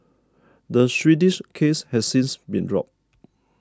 the Swedish case has since been dropped